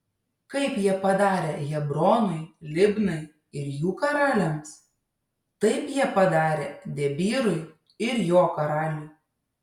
kaip jie padarė hebronui libnai ir jų karaliams taip jie padarė debyrui ir jo karaliui